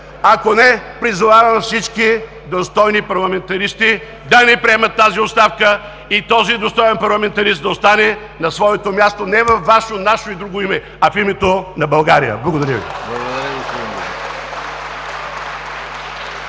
Ако не, призовавам всички достойни парламентаристи да не приемат тази оставка и този достоен парламентарист да остане на своето място не във ваше, наше и друго име, а в името на България! Благодаря Ви.